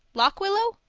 lock willow?